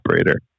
operator